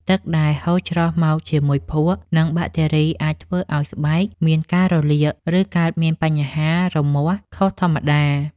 ទឹកដែលហូរច្រោះមកជាមួយភក់ និងបាក់តេរីអាចធ្វើឱ្យស្បែកមានការរលាក ឬកើតមានបញ្ហារមាស់ខុសធម្មតា។